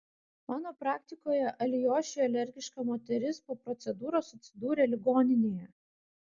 mano praktikoje alijošiui alergiška moteris po procedūros atsidūrė ligoninėje